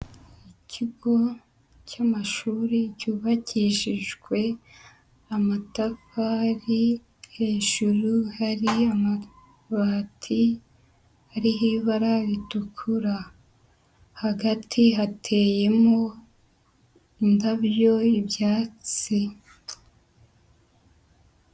Ikigo cy'amashuri cyubakishijwe amatafari, hejuru hari amabati ariho ibara ritukura. Hagati hateyemo indabyo, ibyatsi.